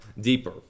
deeper